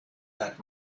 that